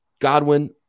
Godwin